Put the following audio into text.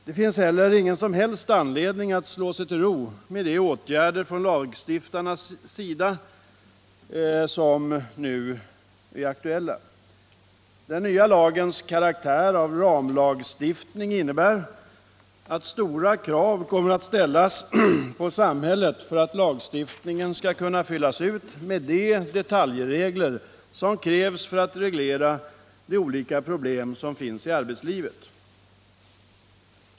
Det finns heller ingen anledning att slå sig till ro med de åtgärder från lagstiftarnas sida som nu är aktuella. Den nya lagens karaktär av ramlagstiftning innebär att stora krav kommer att ställas på samhället för att lagstiftningen skall kunna fyllas ut med de detaljregler som krävs för att reglera de olika problem som finns i arbetslivet.